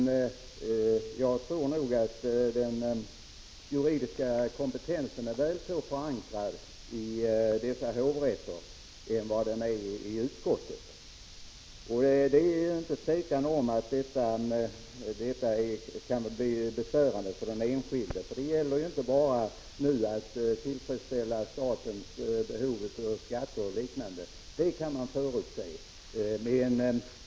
Jag tror nog att den juridiska kompetensen är väl så förankrad i dessa hovrätter som i utskottet. Det råder inget tvivel om att detta beslut kan bli besvärande för den enskilde. Det gäller ju nu inte bara att tillfredsställa statens behov av skatter och liknande inkomster — det kan man förutse.